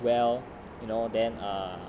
well you know then ah